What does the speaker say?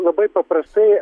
labai paprastai